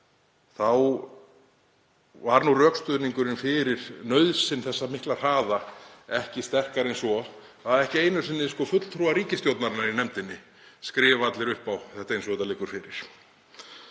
var rökstuðningurinn fyrir nauðsyn þessa mikla hraða ekki sterkari en svo að ekki einu sinni fulltrúar ríkisstjórnarinnar í nefndinni skrifa allir upp á málið eins og það liggur fyrir.